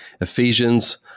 Ephesians